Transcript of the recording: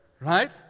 right